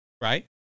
right